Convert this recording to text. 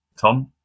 Tom